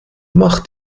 mach